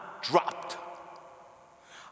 dropped